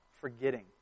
forgetting